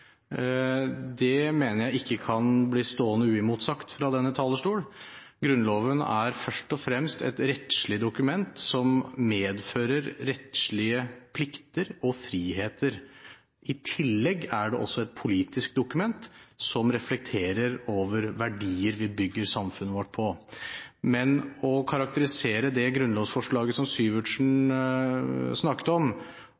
Det mener jeg ikke kan bli stående uimotsagt fra denne talerstol. Grunnloven er først og fremst et rettslig dokument, som medfører rettslige plikter og friheter. I tillegg er det et politisk dokument, som reflekterer over verdier vi bygger samfunnet vårt på. Å karakterisere det grunnlovsforslaget som